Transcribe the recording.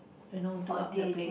you know do up the place